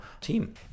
team